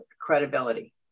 credibility